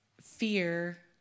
fear